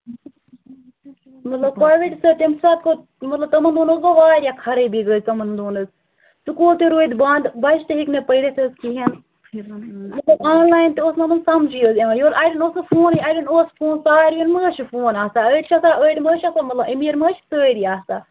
مطلب کووِڈ سۭتۍ تَمہِ ساتہٕ گوٚو مطلب تِمن دۄہَن حظ گوٚو واریاہ خَرٲبی گٔے تِمن دۄہَن حظ سکوٗل تہِ روٗدۍ بنٛد بچہٕ تہِ ہیٚکۍ نہٕ پٔرِتھ حظ کِہیٖنۍ مےٚ دوٚپ آنلایِن تہِ اوس نہٕ یِمن سَمجی حظ یِوان اِوٕن اَڑٮ۪ن اوس نہٕ فونٕے اَڑٮ۪ن اوس فون ساروِیَن مَہ حظ چھِ فون آسان أڑۍ چھِ آسان أڑۍ مَہ حظ چھِ آسان مَطلب أمیٖر مَہ حظ چھِ سٲری آسان